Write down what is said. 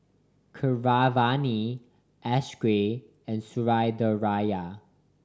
Keeravani Akshay and Sundaraiah